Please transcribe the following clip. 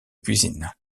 cuisine